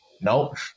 Nope